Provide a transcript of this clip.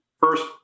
First